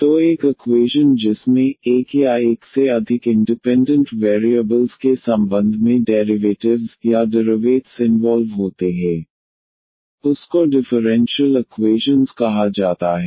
तो एक इक्वैशन जिसमें एक या एक से अधिक इंडिपेंडेंट वेरिएबल के संबंध में डेरिवेटिव्स या डेरिवेतस इनवॉल्व होते हे उसको डिफरेंशियल इक्वैशन differential equations कहा जाता है